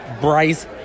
Bryce